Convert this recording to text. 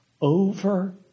over